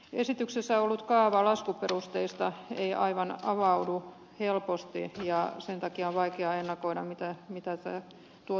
esityksessä ollut kaava laskuperusteista ei avaudu aivan helposti ja sen takia on vaikea ennakoida mitä tämä tuo tullessaan